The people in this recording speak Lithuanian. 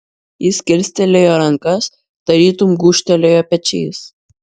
jis kilstelėjo rankas tarytum gūžtelėjo pečiais